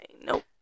nope